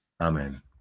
Amen